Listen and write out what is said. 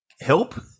help